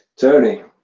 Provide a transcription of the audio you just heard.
Tony